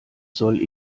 soll